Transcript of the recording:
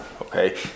Okay